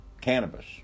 cannabis